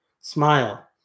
Smile